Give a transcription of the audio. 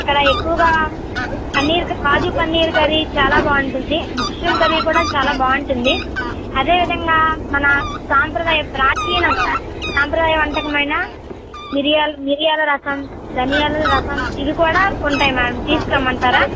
ఇక్కడ ఎక్కువగా పన్నీర్ కాజు పన్నీర్ కర్రీ చాలా బాగుంటుంది మష్రూమ్ కర్రీ కూడా చాలా బాగుంటుంది అదే విధంగా మన సాంప్రదాయ ప్రాచీనం సాంప్రదాయ వంటకం అయినా మిరియాలు మిరియాల రసం ధనియాలు రసం ఇవి కూడా ఉంటాయి మేడం తీసుకు రమ్మంటారా